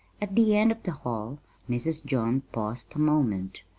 at the end of the hall mrs. john paused a moment,